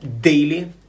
daily